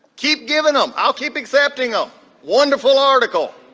keep giving them. i'll keep accepting a wonderful article.